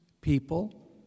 people